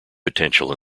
potential